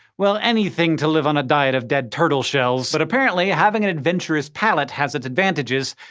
well, anything to live on a diet of dead turtle shells. but apparently, having an adventurous palate has its advantages,